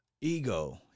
Ego